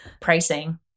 pricing